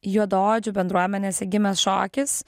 juodaodžių bendruomenėse gimęs šokis